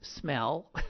smell